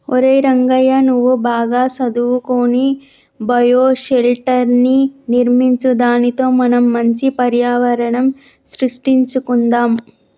ఒరై రంగయ్య నువ్వు బాగా సదువుకొని బయోషెల్టర్ర్ని నిర్మించు దానితో మనం మంచి పర్యావరణం సృష్టించుకొందాం